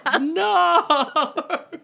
No